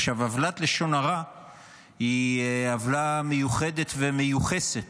עוולת לשון הרע היא עוולה מיוחדת ומיוחסת,